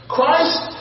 Christ